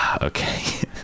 okay